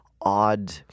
odd